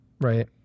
right